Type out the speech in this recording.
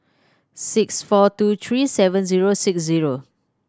six four two three seven zero six zero